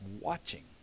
watching